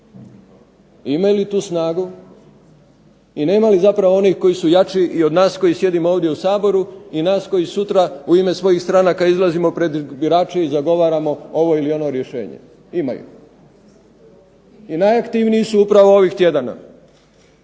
Imaju li tu snagu i nema li zapravo onih koji su jači i od nas koji sjedimo ovdje u Saboru i nas koji sutra u ime svojih stranaka izlazimo pred birače i zagovaramo ovo ili ono rješenje. Imaju. I najaktivniji su upravo ovih tjedana